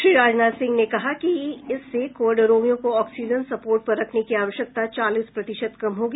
श्री राजनाथ सिंह ने कहा कि इससे कोविड रोगियों को ऑक्सीजन सपोर्ट पर रखने की आवश्यकता चालीस प्रतिशत कम होगी